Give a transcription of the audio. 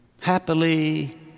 happily